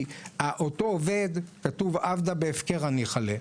כי אותו עובד, כתוב: "עבדא בהפקרא ניחא ליה".